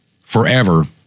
forever